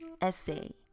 essay